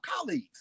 colleagues